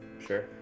Sure